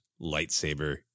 lightsaber